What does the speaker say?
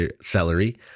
celery